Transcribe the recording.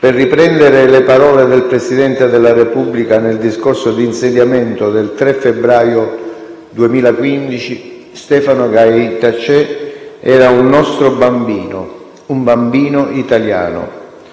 Per riprendere le parole del Presidente della Repubblica nel discorso di insediamento del 3 febbraio 2015, Stefano Gaj Taché. «Era un nostro bambino, un bambino italiano»,